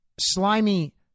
slimy